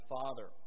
Father